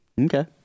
Okay